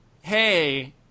hey